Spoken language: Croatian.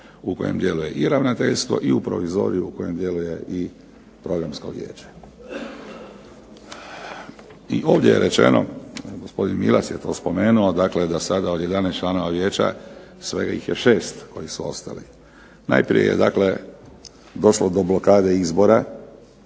u kojem djeluje i Ravnateljstvo i u provizoriju u kojem djeluje i Programsko vijeće. I ovdje je rečeno, gospodin Milas je to spomenuo, dakle da sada od 11 članova Vijeća svega ih je 6 koji su ostali. Najprije je dakle došlo do blokade izbora